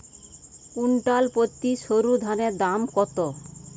Quintal প্রতি সরুধানের দাম কত?